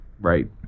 Right